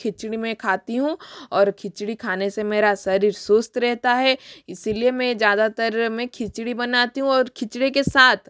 खिचड़ी में खाती हूँ और खिचड़ी खाने से मेरा शरीर स्वस्थ रहता है इसीलिए में ज़्यादातर मैं खिचड़ी बनाती हूँ और खिचड़ी के साथ